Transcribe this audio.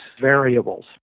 variables